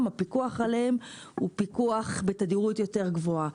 הפיקוח עליהם הוא פיקוח בתדירות יותר גבוהה.